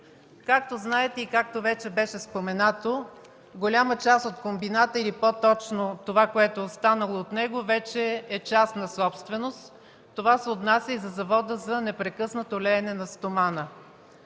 Както знаете и както вече беше споменато, голяма част от комбината, или по-точно това, което е останало от него, вече е частна собственост. Това се отнася и за Завода за непрекъснато леене на стомана.